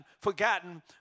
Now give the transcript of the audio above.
forgotten